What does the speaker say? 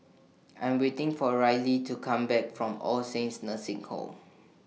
I Am waiting For Rillie to Come Back from All Saints Nursing Home